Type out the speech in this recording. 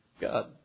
God